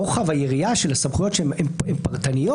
שרוחב היריעה של הסמכויות שהן פרטניות